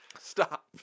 Stop